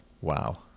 Wow